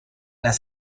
las